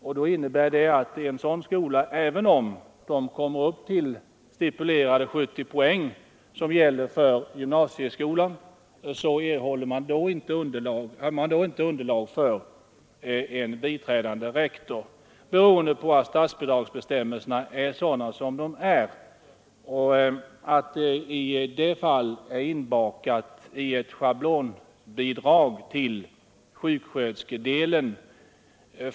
Det innebär att en sådan skola — även om den kommer upp till sammanlagt 70 poäng — inte har underlag för en biträdande rektor beroende på att statsbidragsbestämmelserna icke medger att man får räkna samman gymnasiedelen och sjuksköterskedelen.